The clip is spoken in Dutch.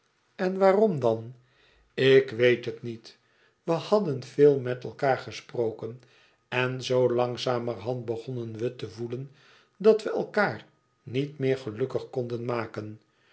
en waarom dan ik weet het niet we hadden veel met elkaâr gesproken en zoo langzamerhand begonnen we te voelen dat we elkaâr niet meer gelukkig konden maken